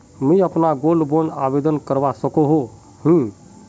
मुई अपना gold bond आवेदन करवा सकोहो ही?